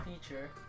feature